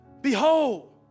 Behold